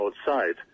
outside